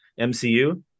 mcu